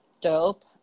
Dope